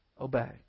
obey